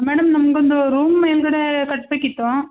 madam ನಮಗೊಂದು room ಮೇಲ್ಗಡೇ ಕಟ್ಟಬೇಕಿತ್ತು